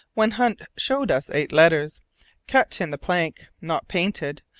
when hunt showed us eight letters cut in the plank, not painted,